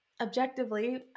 objectively